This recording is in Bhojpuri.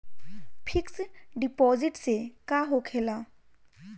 फिक्स डिपाँजिट से का होखे ला?